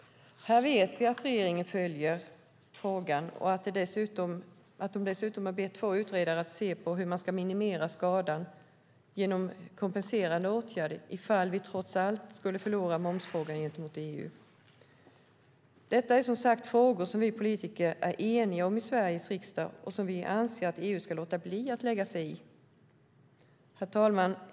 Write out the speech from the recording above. Vi vet att regeringen följer frågan och att den dessutom bett två utredare att se på hur man ska minimera skadan genom kompenserande åtgärder ifall vi trots allt skulle förlora momsfrågan gentemot EU. Detta är som sagt frågor som vi politiker är eniga om i Sveriges riksdag och som vi anser att EU ska låta bli att lägga sig i. Herr talman!